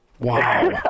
Wow